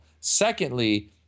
Secondly